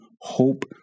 hope